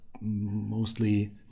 mostly